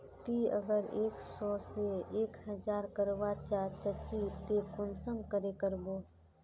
ती अगर एक सो से एक हजार करवा चाँ चची ते कुंसम करे करबो?